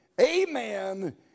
Amen